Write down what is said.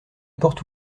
porte